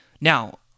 Now